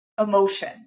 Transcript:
emotion